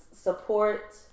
support